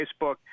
Facebook